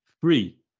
three